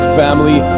family